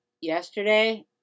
yesterday